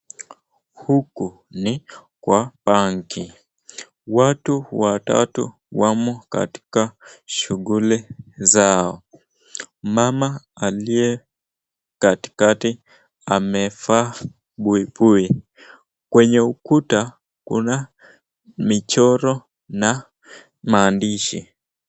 Huku ni kwa benki watu watatu wamo katika shughuli zao, mama aliye katikati amevaa buibui. Kwenye ukuta kuna michoro na maandishi.